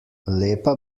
lepa